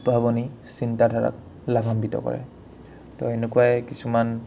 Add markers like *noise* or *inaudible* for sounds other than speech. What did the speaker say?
*unintelligible* চিন্তাধাৰাক লাভান্বিত কৰে ত' এনেকুৱাই কিছুমান